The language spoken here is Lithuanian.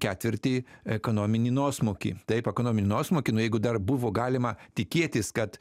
ketvirtį ekonominį nuosmukį taip ekonominį nuosmukį nu jeigu dar buvo galima tikėtis kad